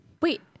Wait